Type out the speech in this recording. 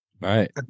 right